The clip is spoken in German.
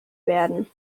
werden